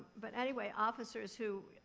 but anyway, officers who,